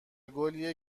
گلیه